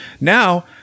now